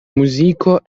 muziko